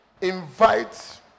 invite